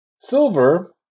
Silver